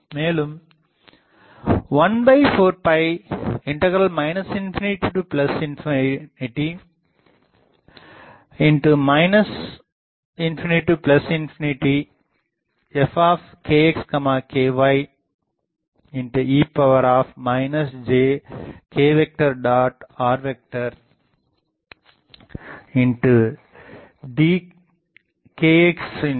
மேலும் 142 ∞∞∞∞ fkxky e jk